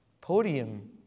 podium